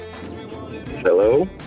hello